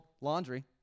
laundry